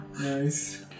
Nice